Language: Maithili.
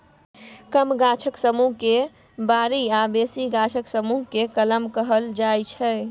कम गाछक समुह केँ बारी आ बेसी गाछक समुह केँ कलम कहल जाइ छै